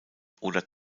oder